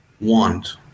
want